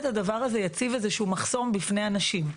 הדבר הזה יציב איזשהו מחסום בפני אנשים.